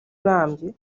urambye